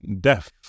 death